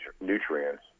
nutrients